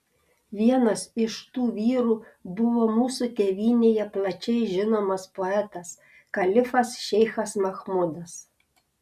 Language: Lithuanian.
vienas iš tų vyrų buvo mūsų tėvynėje plačiai žinomas poetas kalifas šeichas machmudas